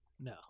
No